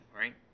right